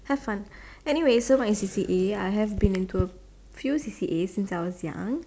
have fun anyways my C_C_A I have been to a few C_C_A S in since I was young